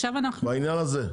עכשיו אנחנו --- בעניין הזה?